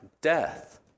death